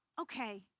okay